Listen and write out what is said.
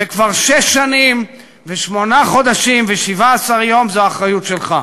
וכבר שש שנים ושמונה חודשים ו-17 יום זו האחריות שלך.